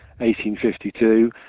1852